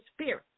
spirit